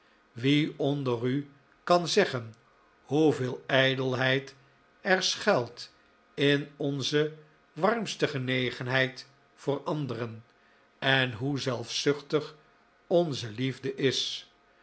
wie onder u kan zeggen hoeveel ijdelheid er schuilt in onze warmste genegenheid voor anderen en hoe zelfzuchtig onze liefde is